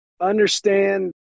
Understand